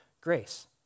grace